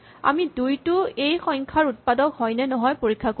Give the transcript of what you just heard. আমি ২ টো এইটো সংখ্যাৰ উৎপাদক হয় নে নহয় পৰীক্ষা কৰিম